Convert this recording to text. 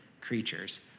creatures